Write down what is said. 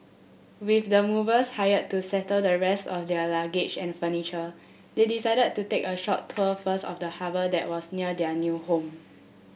with the movers hired to settle the rest of their luggage and furniture they decided to take a short tour first of the harbour that was near their new home